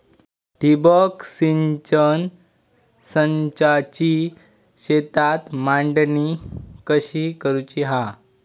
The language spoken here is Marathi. ठिबक सिंचन संचाची शेतात मांडणी कशी करुची हा?